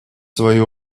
свою